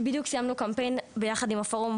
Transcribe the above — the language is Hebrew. בדיוק סיימנו קמפיין ביחד עם הפורום